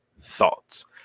thoughts